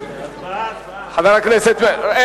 הצבעה, הצבעה.